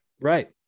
Right